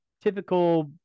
typical